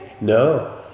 No